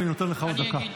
אני נותן לך עוד דקה.